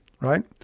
right